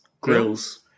grills